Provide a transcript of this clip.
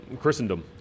Christendom